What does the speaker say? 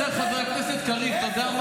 איפה?